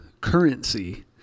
currency